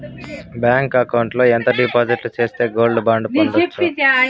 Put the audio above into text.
Bank account లో ఎంత డిపాజిట్లు సేస్తే గోల్డ్ బాండు పొందొచ్చు?